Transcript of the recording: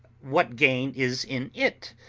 what gain is in it?